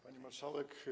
Pani Marszałek!